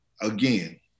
again